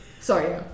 Sorry